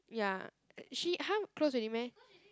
ya she !huh! close already meh